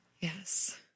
Yes